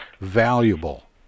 valuable